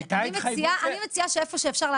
אני מציעה שאיפה שאפשר,